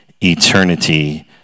eternity